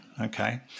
okay